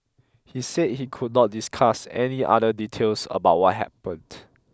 he said he could not discuss any other details about what happened